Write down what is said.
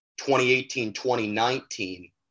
2018-2019